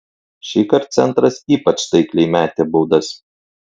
šįkart centras ypač taikliai metė baudas